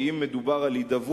כי אם מדובר על הידברות,